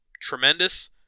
Tremendous